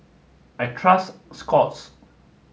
I trust Scott's